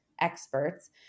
experts